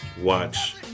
watch